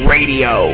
Radio